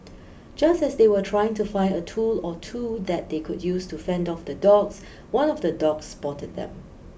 just as they were trying to find a tool or two that they could use to fend off the dogs one of the dogs spotted them